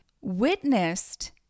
witnessed